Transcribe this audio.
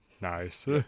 Nice